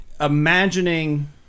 Imagining